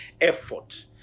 effort